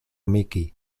miki